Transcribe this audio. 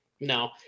No